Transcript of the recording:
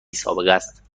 سابقست